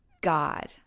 God